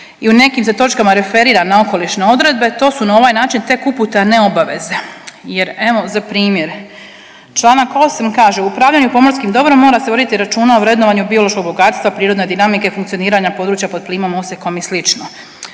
i u nekim se točkama referira na okolišne odredbe to su na ovaj način tek upute a ne obaveze. Jer evo za primjer članak 8. kaže: „U upravljanju pomorskim dobrom mora se voditi računa o vrednovanju biološkog bogatstva, prirodne dinamike funkcioniranja područja pod plimom, osekom i